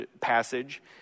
passage